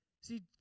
See